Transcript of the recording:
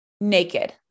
naked